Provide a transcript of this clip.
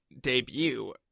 debut